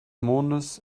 mondes